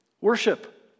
worship